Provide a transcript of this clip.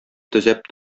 төзәп